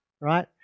right